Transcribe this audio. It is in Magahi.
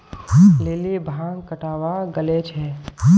लिली भांग कटावा गले छे